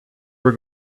were